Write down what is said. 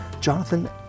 Jonathan